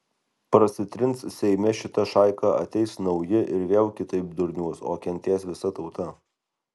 prasitrins seime šita šaika ateis nauji ir vėl kitaip durniuos o kentės visa tauta